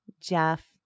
Jeff